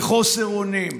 בחוסר אונים.